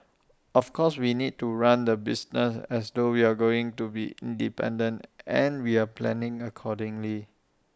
of course we need to run the business as though we're going to be independent and we're planning accordingly